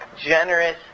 generous